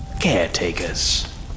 caretakers